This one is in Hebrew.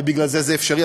ובגלל זה זה אפשרי,